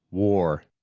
war